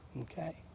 Okay